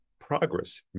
progress